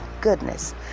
goodness